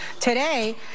today